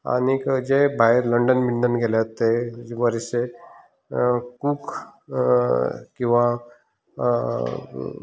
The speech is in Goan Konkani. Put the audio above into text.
आनी जे भायर लंडन भिंडन गेल्यात ते खूब किंवा